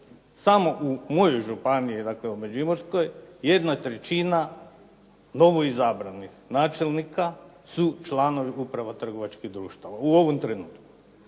samo u mojoj županiji, dakle u Međimurskoj, 1/3 novoizabranih načelnika su članovi upravo trgovačkih društava u ovom trenutku.